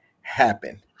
happen